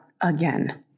again